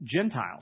Gentiles